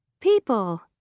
People